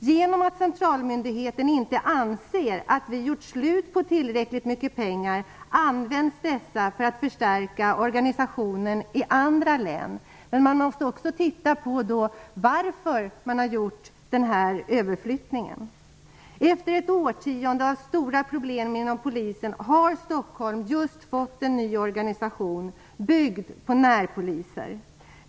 Centralmyndigheten anser att vi inte har gjort slut på tillräckligt mycket pengar, och då används dessa för att förstärka organisationen i andra län. Men man måste också titta på anledningen till att den här överflyttningen har gjorts. Efter ett årtionde av stora problem inom polisen har Stockholm just fått en ny organisation, byggd på närpoliser.